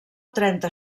trenta